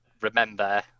remember